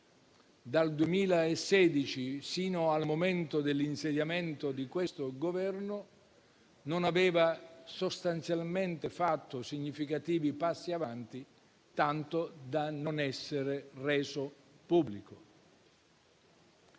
dal 2016 fino al momento dell'insediamento di questo Governo non aveva sostanzialmente fatto significativi passi avanti, tanto da non essere reso pubblico.